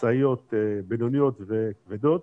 משאיות בינוניות וכבדות,